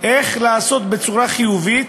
איך לעשות, בצורה חיובית,